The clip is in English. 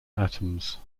atoms